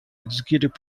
executive